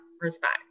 respect